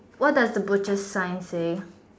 what does the butchers sign say